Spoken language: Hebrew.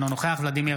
אינו נוכח ולדימיר